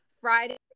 Friday